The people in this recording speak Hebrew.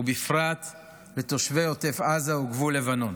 ובפרט לתושבי עוטף עזה וגבול לבנון.